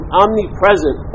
omnipresent